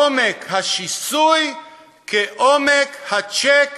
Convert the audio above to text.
עומק השיסוי כעומק הצ'ק